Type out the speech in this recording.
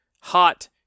hot